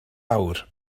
awr